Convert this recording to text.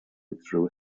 withdrew